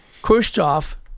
Khrushchev